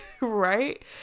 right